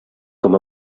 com